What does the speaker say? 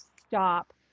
stop